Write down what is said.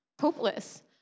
hopeless